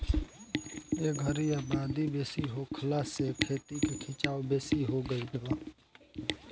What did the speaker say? ए घरी आबादी बेसी होखला से खेती के खीचाव बेसी हो गई बा